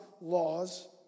laws